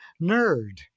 nerd